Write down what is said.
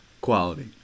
Quality